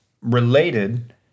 related